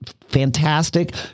fantastic